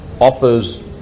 offers